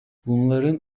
bunların